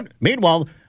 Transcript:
Meanwhile